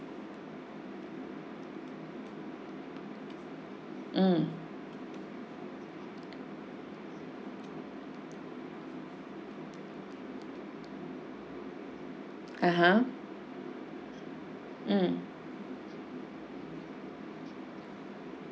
mm (uh huh) mm